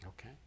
Okay